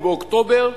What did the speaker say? או באוקטובר,